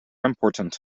important